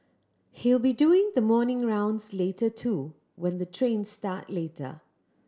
he'll be doing the morning rounds later too when the trains start later